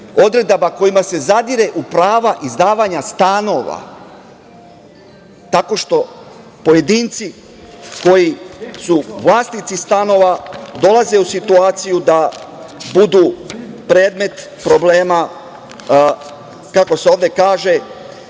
koje se zadire u prava izdavanja stanova, tako što pojedinci koji su vlasnici stanova, dolaze u situaciju da budu predmet problema, kako se ovde kaže,